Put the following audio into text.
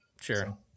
Sure